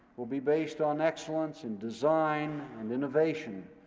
will be based on excellence in design and innovation,